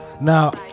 Now